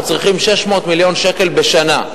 אנחנו צריכים 600 מיליון שקל בשנה.